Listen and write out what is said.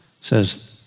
says